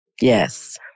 Yes